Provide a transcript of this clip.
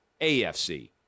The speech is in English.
AFC